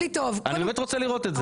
אני באמת רוצה לראות את זה.